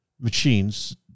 machines